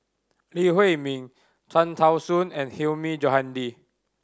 Lee Huei Min Cham Tao Soon and Hilmi Johandi